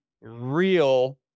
real